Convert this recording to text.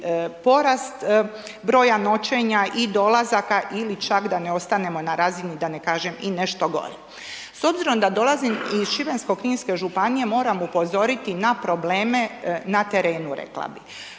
porast broja noćenja i dolazaka ili čak da ne ostanemo na razini da ne kažem i nešto gore. S obzirom da dolazim iz Šibensko-kninske županije moram upozoriti na probleme na terenu rekla bi,